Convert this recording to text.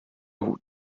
hut